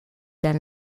dans